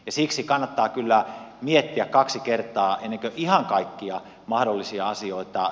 siksi kannattaa kyllä miettiä kaksi kertaa ennen kuin ihan kaikkia mahdollisia asioita